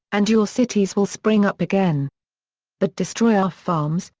and your cities will spring up again but destroy our farms,